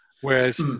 Whereas